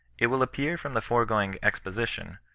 it will appear from the foregoing exposition,